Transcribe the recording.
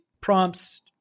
prompts